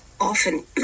often